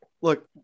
Look